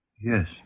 Yes